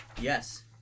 Yes